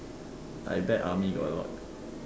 I bet army got a lot